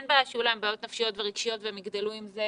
אין בעיה שיהיו להם בעיות נפשיות ורגשיות ושהם יגדלו עם זה